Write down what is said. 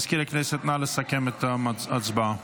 מזכיר הכנסת, נא לסכם את ההצבעה.